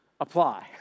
apply